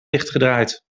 dichtgedraaid